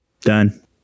done